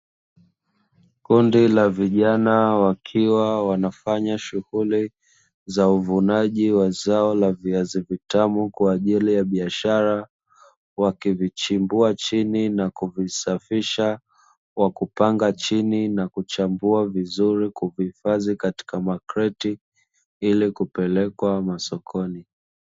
Kundi la vijana, wakiwa wanafanya shughuli za uvunaji wa zao la viazi vitamu kwa ajili ya biashara, wakivichimbua chini na kuvisafisha kwa kupanga chini na kuchambua vizuri, kuvihifadhi katika makreti ili kupelekwa masokoni.